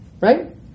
right